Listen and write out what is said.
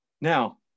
Now